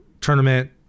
tournament